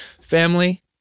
family